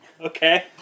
Okay